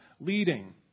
leading